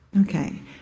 Okay